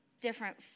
different